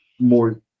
more